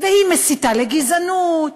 מסיתה לגזענות